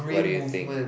what do you think